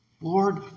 Lord